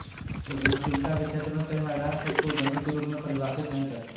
उद्यमशीलता के क्षेत्र में कई महिलाएं खुद को उद्यमी के रूप में परिभाषित नहीं करती